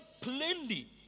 plainly